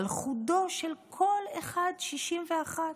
על חודו של קול אחד, 61,